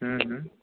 हुँ हुँ